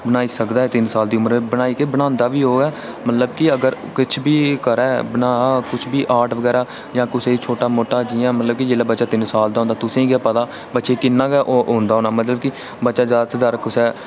बनाई सकदा ऐ तीन साल दी अपर बिच बनांदा बी उऐ की मतलब अगर किश हबी बनाऽ आर्ट बगैरा क्या कुसै गी छोटा मोटा कि मतलब जेल्लै बच्चा तीन साल दा होंदा बच्चे गी किन्ना करदे कि ओह् ओह् होना बच्चा जादै कोला जादै कुसै